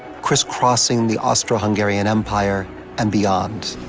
crisscrossing the austro-hungarian empire and beyond.